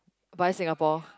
bye Singapore